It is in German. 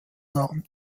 waren